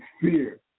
fear